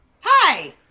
Hi